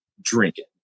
drinking